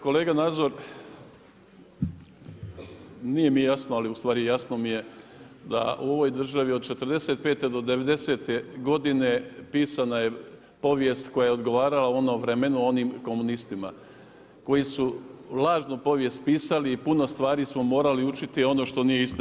Kolega Nazor, nije mi jasno, ali u stvari jasno mi je da u ovoj državi od '45. do devedesete godine pisana je povijest koja je odgovarala onom vremenu, onim komunistima koji su lažnu povijest pisali i puno stvari smo morali učiti ono što nije istina.